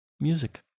music